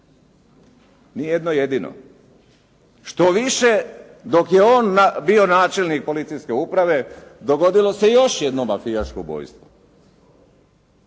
Ni jedno jedino. Što više, dok je on bio načelnik policijske uprave, dogodilo se još jedno mafijaško ubojstvo.